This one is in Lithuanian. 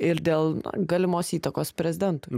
ir dėl galimos įtakos prezidentui